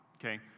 okay